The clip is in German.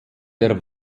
der